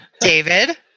David